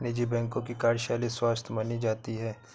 निजी बैंकों की कार्यशैली स्वस्थ मानी जाती है